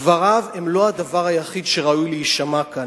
דבריו הם לא הדבר היחיד שראוי להישמע כאן,